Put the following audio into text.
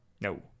no